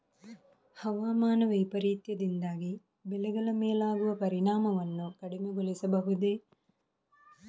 ಹವಾಮಾನ ವೈಪರೀತ್ಯದಿಂದಾಗಿ ಬೆಳೆಗಳ ಮೇಲಾಗುವ ಪರಿಣಾಮವನ್ನು ಕಡಿಮೆಗೊಳಿಸಬಹುದೇ?